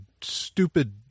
stupid